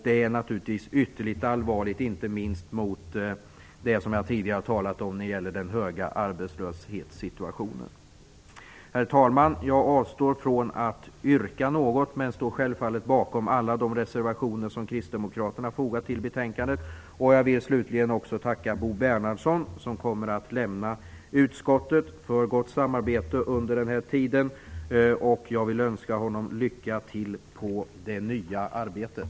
Detta är naturligtvis ytterligt allvarligt, inte minst mot bakgrund av den höga arbetslösheten. Herr talman! Jag avstår från att yrka bifall till våra förslag, men jag står självfallet bakom alla de reservationer som kristdemokraterna har fogat till betänkandet. Jag vill slutligen också tacka Bo Bernhardsson, som kommer att lämna utskottet, för gott samarbete under den här tiden. Jag vill önska honom lycka till på det nya arbetet.